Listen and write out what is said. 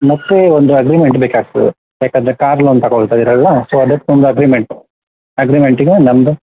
ಮತ್ತು ಒಂದು ಅಗ್ರಿಮೆಂಟ್ ಬೇಕಾಗ್ತದೆ ಏಕಂದ್ರೆ ಕಾರ್ ಲೋನ್ ತಗೊಳ್ತ ಇದ್ದೀರಲ್ಲ ಸೊ ಅದಕ್ಕೊಂದು ಅಗ್ರಿಮೆಂಟು ಅಗ್ರಿಮೆಂಟಿಗೆ